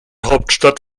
hauptstadt